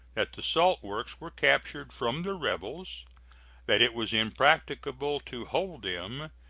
that the salt works were captured from the rebels that it was impracticable to hold them,